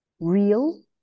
real